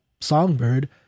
songbird